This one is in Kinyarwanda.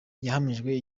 yahamijwe